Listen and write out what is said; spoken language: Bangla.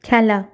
খেলা